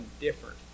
different